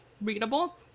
readable